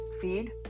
feed